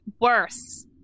worse